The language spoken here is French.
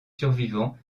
survivants